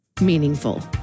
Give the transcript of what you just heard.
meaningful